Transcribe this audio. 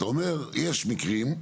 אתה אומר "יש מקרים",